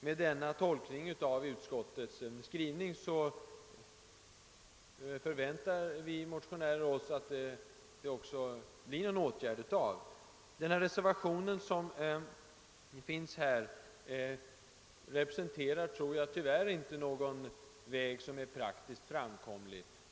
Med denna tolkning av utskottets skrivning väntar vi motionärer att åtgärder verkligen kommer att vidtagas. Den reservation som finns fogad till bevillningsutskottets betänkande anvisar tyvärr inte någon praktiskt framkomlig väg.